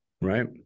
Right